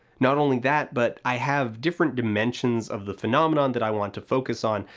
not only that, but i have different dimensions of the phenomenon that i want to focus on,